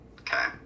Okay